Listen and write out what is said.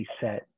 set